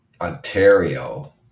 Ontario